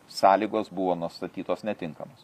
sąlygos buvo nustatytos netinkamos